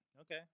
Okay